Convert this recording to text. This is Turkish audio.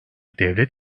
devlet